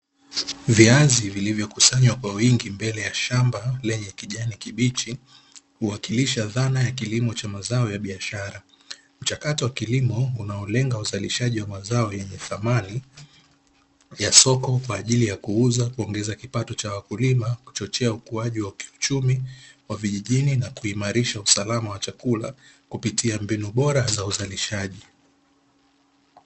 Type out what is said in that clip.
Viazi vilivyokusanywa kwa wingi mbele ya shamba lenye kijani kibichi huwakilisha dhana ya kilimo cha mazao ya biashara, mchakato wa kilimo unaolenga uzalishaji wa mazao yenye thamani ya soko kwa ajili ya kuuza kuongeza kipato cha wakulima kuchochea ukuaji wa kiuchumi wa vijijini na kuimarisha usalama wa chakula kupitia mbinu bora za uzalishaji.